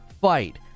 fight